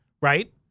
Right